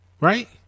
right